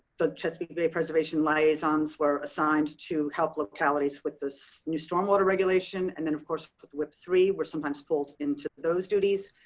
the chesapeake bay preservation liaisons were assigned to help localities with this new stormwater regulation. and then, of course, with wip three we're sometimes pulled into those duties,